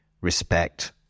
respect